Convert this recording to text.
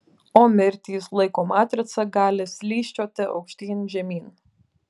o mirtys laiko matrica gali slysčioti aukštyn žemyn